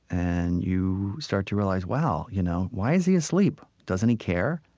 and you start to realize, wow, you know why is he asleep? doesn't he care?